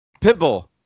Pitbull